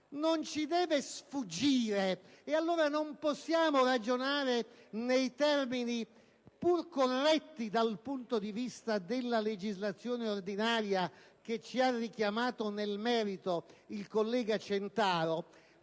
non ci deve sfuggire, non possiamo ragionare nei termini pur corretti dal punto di vista della legislazione ordinaria che ci ha richiamato nel merito il collega Centaro.